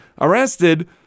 arrested